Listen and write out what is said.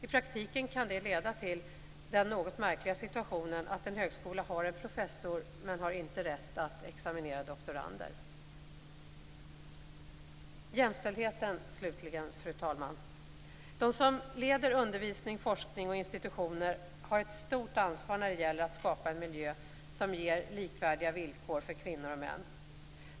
I praktiken kan det leda till den något märkliga situationen att en högskola har en professor men inte har rätt att examinera doktorander. Slutligen, fru talman, några ord om jämställdheten. De som leder undervisning, forskning och institutioner har ett stort ansvar när det gäller att skapa en miljö som ger likvärdiga villkor för kvinnor och män.